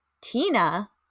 Tina